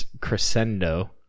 crescendo